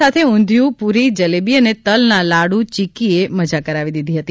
સાથે ઊંઘિયું પુરી જલેબી અને તલના લાડુ ચિક્કી એ મજો કરવી દીધો હતો